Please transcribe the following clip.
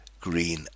green